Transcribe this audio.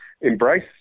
embrace